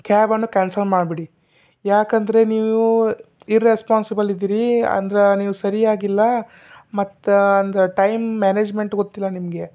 ಕ್ಯಾಬ್ನ್ನು cancel ಮಾಡಿಬಿಡಿ ಯಾಕಂದರೆ ನೀವು ಇರ್ರೆಸ್ಪಾನ್ಸಿಬಲ್ ಇದ್ದೀರಿ ಅಂದ್ರೆ ನೀವು ಸರಿಯಾಗಿಲ್ಲ ಮತ್ತು ಅಂದ್ರೆ ಟೈಮ್ ಮ್ಯಾನೇಜ್ಮೆಂಟ್ ಗೊತ್ತಿಲ್ಲ ನಿಮಗೆ